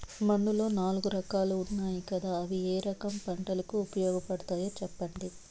మన్నులో నాలుగు రకాలు ఉన్నాయి కదా అవి ఏ రకం పంటలకు ఉపయోగపడతాయి చెప్పండి?